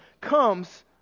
comes